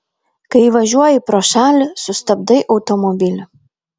kai važiuoji pro šalį sustabdai automobilį